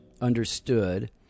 understood